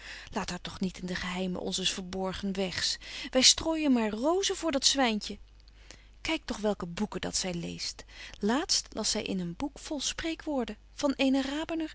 haar toch niet in de geheimen onzes verborgen wegs wy strooijen maar rozen voor dat zwyntje kyk toch welke boeken dat zy leest laast las zy in een boek vol spreekwoorden van eenen